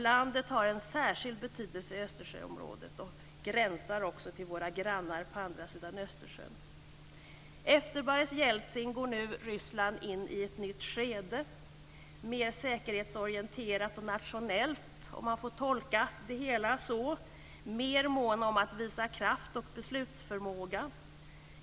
Landet har en särskild betydelse i Östersjöområdet och gränsar också till våra grannar på andra sidan Östersjön. Efter Boris Jeltsin går Ryssland nu in i ett nytt skede, mer säkerhetsorienterat och nationellt - om man får tolka det hela så. Man är också mer mån om att visa kraft och beslutsförmåga.